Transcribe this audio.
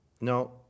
No